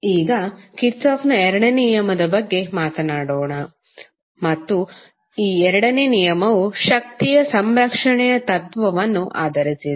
ಈಗ ಕಿರ್ಚಾಫ್ನ ಎರಡನೇ ನಿಯಮದ ಬಗ್ಗೆ ಮಾತನಾಡೋಣ ಮತ್ತು ಈ ಎರಡನೆಯ ನಿಯಮವು ಶಕ್ತಿಯ ಸಂರಕ್ಷಣೆಯ ತತ್ವವನ್ನು ಆಧರಿಸಿದೆ